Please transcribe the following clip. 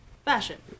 fashion